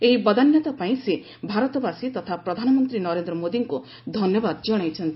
ଏହି ବଦାନତାପାଇଁ ସେ ଭାରତବାସୀ ତଥା ପ୍ରଧାନମନ୍ତ୍ରୀ ନରେନ୍ଦ୍ର ମୋଦୀଙ୍କ ଧନ୍ୟବାଦ ଜଣାଇଛନ୍ତି